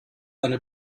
eine